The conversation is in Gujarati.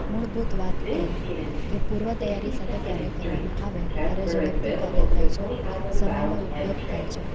મૂળભૂત વાત એ કે પૂર્વ તૈયારી સાથે કાર્ય કરવામાં આવે ત્યારે ઝડપથી કાર્ય થાય છે સમયનો ઉપયોગ થાય છે